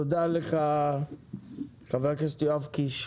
תודה לך ח"כ יואב קיש.